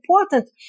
important